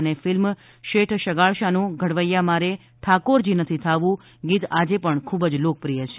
અને ફિલ્મ શેઠ શગાળશાનું ઘડવૈયા મારે ઠાકોરજી નથી થાવું ગીત આજે પણ ખુબ જ લોકપ્રિય છે